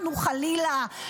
חלילה,